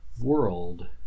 world